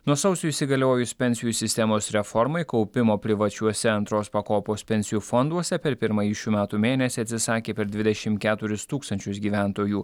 nuo sausio įsigaliojus pensijų sistemos reformai kaupimo privačiuose antros pakopos pensijų fonduose per pirmąjį šių metų mėnesį atsisakė per dvidešimt keturius tūkstančius gyventojų